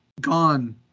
Gone